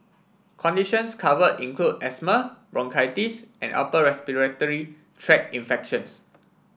conditions cover include asthma bronchitis and upper respiratory tract infections